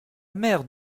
mère